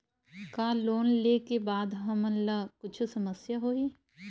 का लोन ले के बाद हमन ला कुछु समस्या होही?